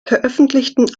veröffentlichten